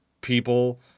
people